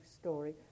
story